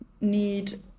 need